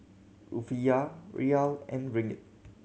Rufiyaa Riyal and Ringgit